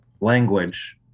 language